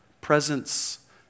presence